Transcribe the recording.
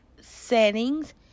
settings